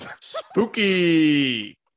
Spooky